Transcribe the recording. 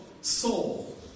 soul